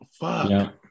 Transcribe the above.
Fuck